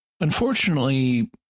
Unfortunately